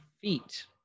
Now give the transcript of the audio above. feet